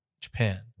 Japan